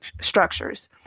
structures